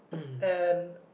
and